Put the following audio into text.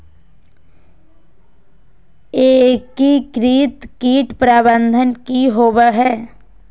एकीकृत कीट प्रबंधन की होवय हैय?